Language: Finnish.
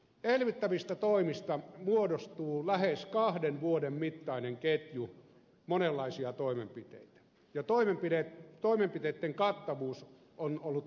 elvyttävistä toimista muodostuu lähes kahden vuoden mittainen ketju monenlaisia toimenpiteitä ja toimenpiteitten kattavuus on ollut todella mittava